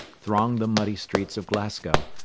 thronged the muddy streets of glasgow,